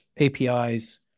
APIs